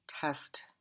test